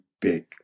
big